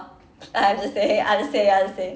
I'm just saying I'm just saying I'm just saying